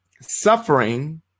suffering